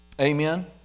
Amen